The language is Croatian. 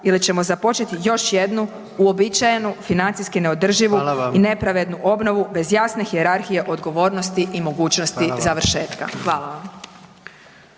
ili ćemo započeti još jednu uobičajenu financijski neodrživu …/Upadica: Hvala vam./… i nepravednu obnovu bez jasne hijerarhije odgovornosti i mogućnosti završetka. Hvala vam.